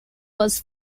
was